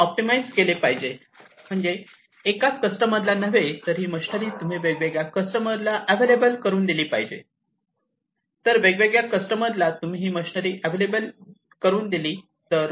हे ऑप्टिमाईस केले पाहिजे म्हणजेच एकाच कस्टमरला नव्हे तर ही मशनरी तुम्ही वेगवेगळ्या कस्टमरला अवेलेबल करून दिली पाहिजे तर वेगवेगळ्या कस्टमरला तुम्ही ही मशनरी अवेलेबल करून दिली पाहिजे